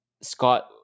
Scott